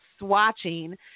swatching